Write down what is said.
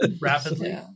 rapidly